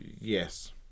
yes